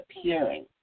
appearing